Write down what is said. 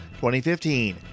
2015